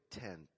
tent